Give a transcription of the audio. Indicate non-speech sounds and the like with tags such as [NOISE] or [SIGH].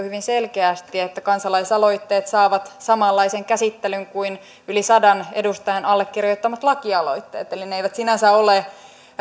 [UNINTELLIGIBLE] hyvin selkeästi että kansalaisaloitteet saavat samanlaisen käsittelyn kuin yli sadan edustajan allekirjoittamat lakialoitteet eli ne eivät sinänsä ole